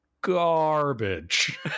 garbage